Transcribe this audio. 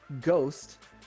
ghost